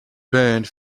burned